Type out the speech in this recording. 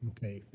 Okay